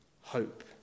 hope